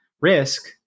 risk